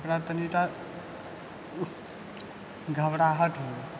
ओकरा तनिटा घबराहट होइ हैं